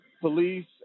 police